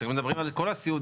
אתם מדברים על כל הסיעודיים,